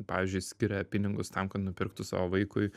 pavyzdžiui skiria pinigus tam kad nupirktų savo vaikui